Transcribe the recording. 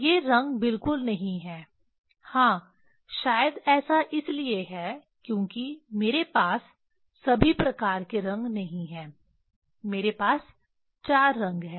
ये रंग बिल्कुल नहीं हैं हाँ शायद ऐसा इसलिए है क्योंकि मेरे पास सभी प्रकार के रंग नहीं हैं मेरे पास 4 रंग हैं